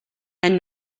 and